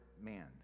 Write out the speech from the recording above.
man